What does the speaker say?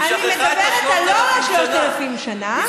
אני מדברת לא רק על 3,000 שנה,